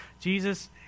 Jesus